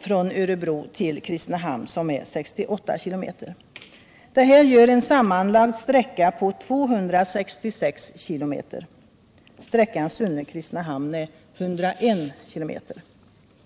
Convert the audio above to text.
från Örebro till Kristinehamn, 68 km. Detta gör en sammanlagd sträcka på 266 km! Sträckan Sunne-Kristinehamn är 101 km.